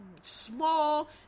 small